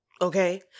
Okay